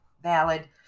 Valid